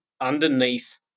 underneath